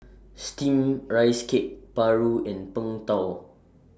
Steamed Rice Cake Paru and Png Tao